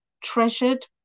treasured